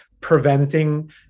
preventing